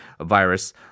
virus